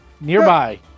Nearby